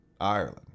ireland